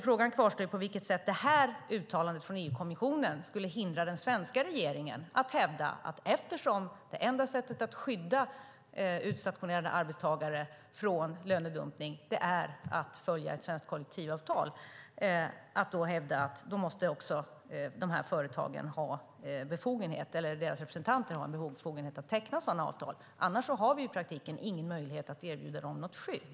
Frågan kvarstår på vilket sätt detta uttalande från EU-kommissionen skulle hindra den svenska regeringen att hävda att eftersom det enda sättet att skydda utstationerade arbetstagare från lönedumpning är att följa ett svenskt kollektivavtal måste dessa företags representanter också ha befogenhet att teckna sådana avtal. Annars har vi i praktiken ingen möjlighet att erbjuda dem något skydd.